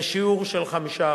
מ-5%.